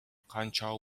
канча